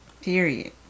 Period